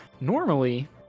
Normally